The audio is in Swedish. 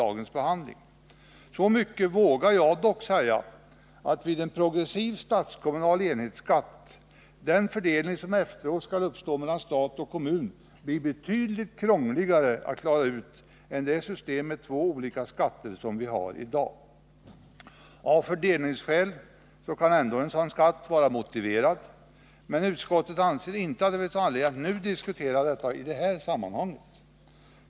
Jag vågar dock säga så mycket som att vid en progressiv statskommunal enhetsskatt blir den fördelning som efteråt skall ske mellan stat och kommun betydligt krångligare att klara ut än med det system med två olika skatter som vi har i dag. Av fördelningsskäl kan ändå en sådan skatt vara motiverad, men utskottet anser att det inte finns anledning att nu diskutera frågan i detta sammanhang.